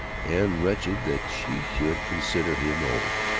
and wretched that she should consider him old.